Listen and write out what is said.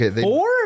Four